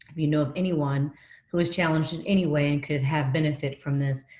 you know of anyone who is challenged in any way and could have benefit from this,